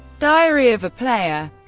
diary of a player